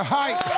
height.